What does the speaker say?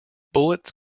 bullets